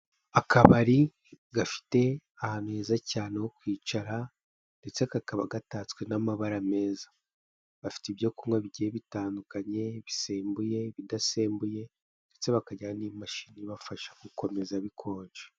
Akabari gafite ahantu heza cyane ho kwicara ndetse kakaba gatatswe n'amabara meza, bafite ibyo kunywa bigiye bitandukanye bisembuye, ibidasembuye ndetse bakagira n'imashini ibafasha gukomeza bikonje.